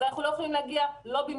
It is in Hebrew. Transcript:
אנחנו לא יכולים להגיע במהירות,